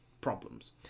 problems